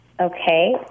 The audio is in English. Okay